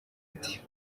ati